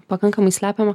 pakankamai slepiama